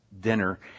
dinner